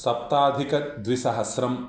सप्ताधिकद्विसहस्रम्